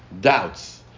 doubts